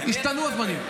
השתנו הזמנים.